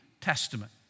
Testament